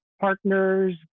partners